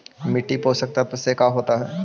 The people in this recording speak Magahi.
मिट्टी पोषक तत्त्व से का होता है?